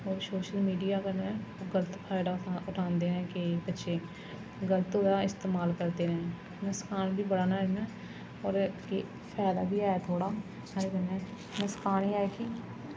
ओह् social media कन्नै गल्त फैदा उठांदे न केईं बच्चे गल्त ओह्दा इस्तमाल करदे न नुकसान बी बड़ा ऐ नोहाड़े नै होर फैदा बी ऐ थोह्ड़ा नुहाड़े कन्नै नुकसान गै कि